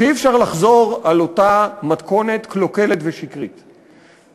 שאי-אפשר לחזור על אותה מתכונת קלוקלת ושקרית,